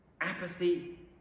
apathy